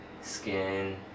skin